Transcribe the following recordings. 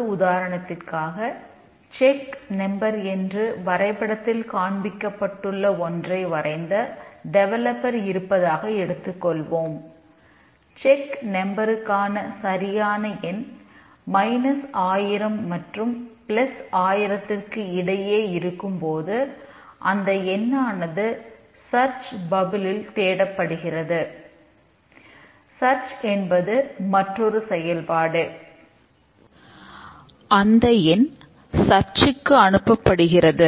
ஒரு உதாரணத்திற்காக check number குறிப்பிடுவதில்லை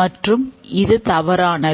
மற்றும் இது தவறானது